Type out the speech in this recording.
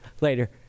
later